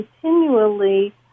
continually